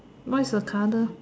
what is the colour